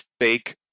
fake